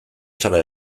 zara